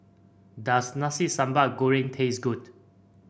does Nasi Sambal Goreng taste good